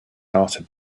heart